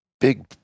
big